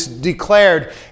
declared